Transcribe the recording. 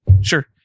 Sure